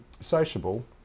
sociable